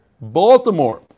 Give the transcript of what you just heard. Baltimore